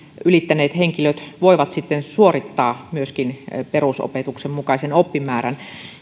ylittäneet henkilöt voivat sitten suorittaa myöskin perusopetuksen mukaisen oppimäärän